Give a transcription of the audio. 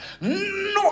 No